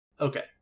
Okay